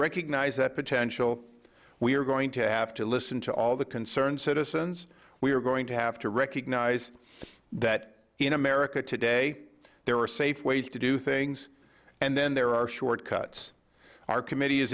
recognize that potential we are going to have to listen to all the concerned citizens we are going to have to recognize that in america today there are safe ways to do things and then there are shortcuts our committee is